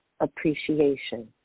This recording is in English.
appreciation